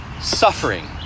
suffering